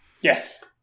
Yes